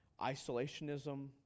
isolationism